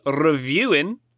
reviewing